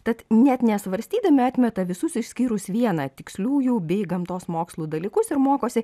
tad net nesvarstydami atmeta visus išskyrus vieną tiksliųjų bei gamtos mokslų dalykus ir mokosi